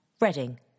Reading